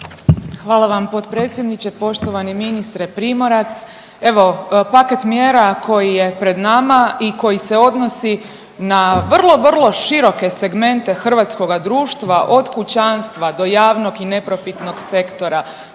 Hvala vam potpredsjedniče. Poštovani ministre Primorac, evo paket mjera koji je pred nama i koji se odnosi na vrlo vrlo široke segmente hrvatskoga društva od kućanstva do javnog i neprofitnog sektora,